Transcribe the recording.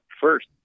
first